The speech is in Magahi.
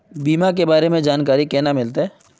बीमा के बारे में जानकारी केना मिलते?